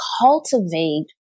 cultivate